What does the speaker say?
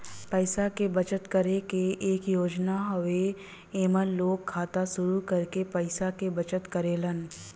पैसा क बचत करे क एक योजना हउवे एमन लोग खाता शुरू करके पैसा क बचत करेलन